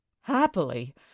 Happily